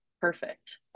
perfect